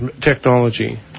technology